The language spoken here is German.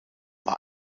war